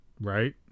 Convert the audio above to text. Right